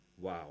Wow